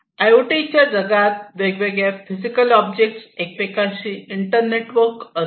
I O T जगात वेगवेगळ्या physical object एकमेकांशी इंटरनेटवर्क असतात